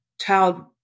child